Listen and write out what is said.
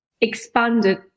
expanded